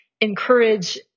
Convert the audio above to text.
encourage